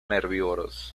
herbívoros